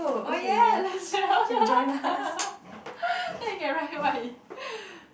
oh ya let's then he can write what he